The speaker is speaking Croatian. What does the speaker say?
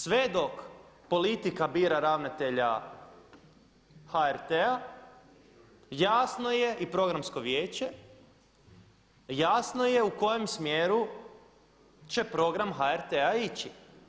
Sve dok politika bira ravnatelja HRT-a jasno je i programsko vijeće, jasno je u kojem smjeru će program HRT-a ići.